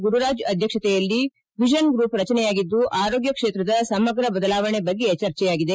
ಗುರುರಾಜ್ ಅಧ್ವಕ್ಷಕೆಯಲ್ಲಿ vision group ರಚನೆಯಾಗಿದ್ದು ಆರೋಗ್ತ ಕ್ಷೇತ್ರದ ಸಮಗ್ರ ಬದಲಾವಣೆ ಬಗ್ಗೆ ಚರ್ಚೆಯಾಗಿದೆ